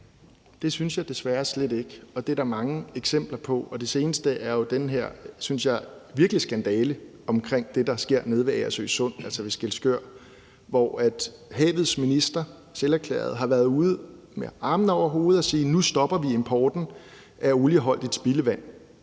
Det synes jeg desværre slet ikke, og det er der mange eksempler på. Det seneste er jo det her, der virkelig er, synes jeg, en skandale, omkring det, der sker nede ved Agersø Sund, altså ved Skælskør. Her har havets minister – selverklæret – været ude med armene over hovedet og sige: Nu stopper vi importen af olieholdigt spildevand.